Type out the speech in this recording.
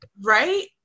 Right